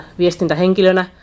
viestintähenkilönä